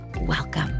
Welcome